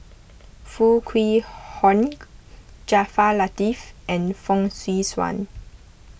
Foo Kwee Horng Jaafar Latiff and Fong Swee Suan